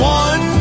one